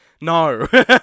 no